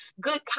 good